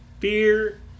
Fear